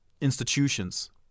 institutions